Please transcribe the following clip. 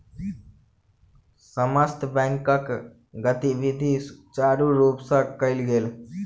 समस्त बैंकक गतिविधि सुचारु रूप सँ कयल गेल